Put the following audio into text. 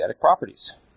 properties